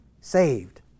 saved